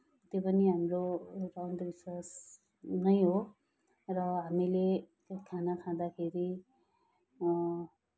त्यो पनि हाम्रो एउटा अन्धविश्वास नै हो र हामीले त्यो खाना खाँदाखेरि